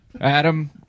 Adam